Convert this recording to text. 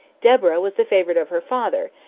deborah was the favourite of her father,